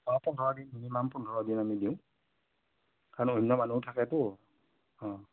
অঁ পোন্ধৰদিন মিনিমাম পোন্ধৰদিন আমি দিওঁ কাৰণ অন্য মানুহো থাকেতো অঁ